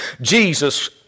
Jesus